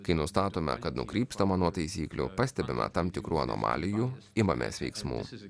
kai nustatome kad nukrypstama nuo taisyklių pastebima tam tikrų anomalijų imamės veiksmų